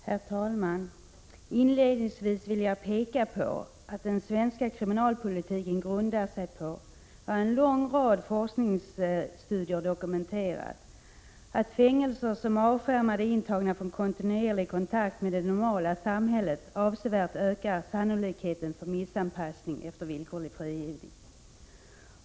Herr talman! Inledningsvis vill jag peka på att den svenska kriminalpolitiken grundar sig på, vad en lång rad forskningsstudier dokumenterat, att fängelser som avskärmar de intagna från kontinuerlig kontakt med det normala samhället avsevärt ökar sannolikheten för missanpassning efter villkorlig frigivning.